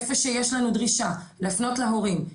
איפה שיש לנו דרישה לפנות להורים,